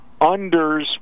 unders